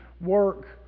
work